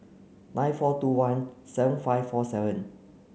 nine four two one seven five four seven